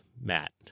Matt